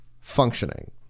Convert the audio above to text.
functioning